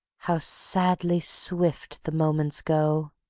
how sadly swift the moments go!